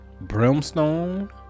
brimstone